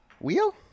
Wheel